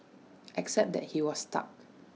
except that he was stuck